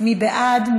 מי בעד?